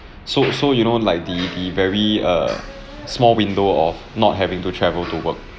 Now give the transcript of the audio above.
so so you know like the the very err small window of not having to travel to work